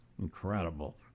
Incredible